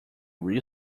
real